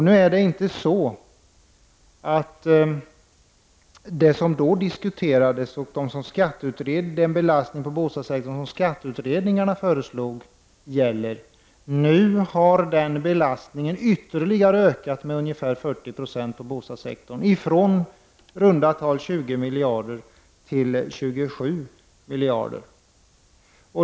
Nu är det inte så att det som då diskuterades och den belastning på bostadssektorn som skatteutredningarna föreslog gäller. Nu har den belastningen på bostadssektorn ökat med ytterligare ca 40 960, från i runda tal 20 miljarder till 27 miljarder kronor.